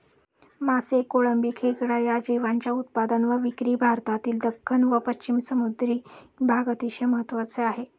मासे, कोळंबी, खेकडा या जीवांच्या उत्पादन व विक्री भारतातील दख्खन व पश्चिम समुद्री भाग अतिशय महत्त्वाचे आहे